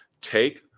take